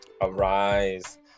arise